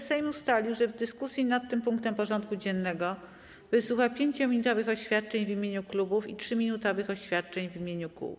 Sejm ustalił, że w dyskusji nad tym punktem porządku dziennego wysłucha 5-minutowych oświadczeń w imieniu klubów i 3-minutowych oświadczeń w imieniu kół.